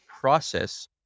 process